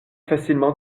facilement